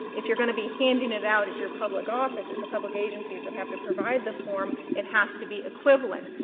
if you're going to be handing it out as your public office, it's the public agencies and have to provide the form, it has to be equivalent.